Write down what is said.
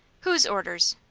whose orders?